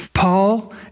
Paul